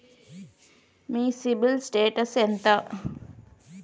మీ CIBIL status ఎంత?